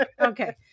Okay